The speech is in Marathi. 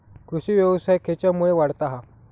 कृषीव्यवसाय खेच्यामुळे वाढता हा?